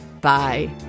Bye